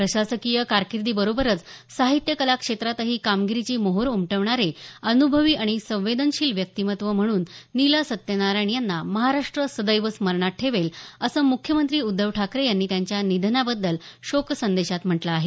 प्रशासकीय कारकिर्दीबरोबरच साहित्य कला क्षेत्रातही कामगिरीची मोहोर उमटविणारे अन्भवी आणि संवेदनशील व्यक्तिमत्त्व म्हणून नीला सत्यनारायण यांना महाराष्ट्र सदैव स्मरणात ठेवेल असं मुख्यमंत्री उद्धव ठाकरे यांनी त्यांच्या निधनाबद्दल शोकसंदेशात म्हटलं आहे